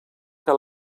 que